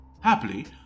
Happily